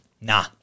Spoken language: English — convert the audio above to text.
Nah